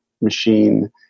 machine